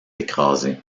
écrasé